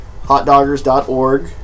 hotdoggers.org